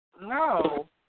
No